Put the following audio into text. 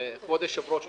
כבוד היושב-ראש,